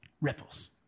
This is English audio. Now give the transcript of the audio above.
ripples